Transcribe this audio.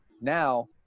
Now